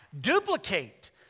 duplicate